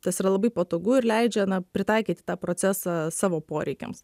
tas yra labai patogu ir leidžia na pritaikyti tą procesą savo poreikiams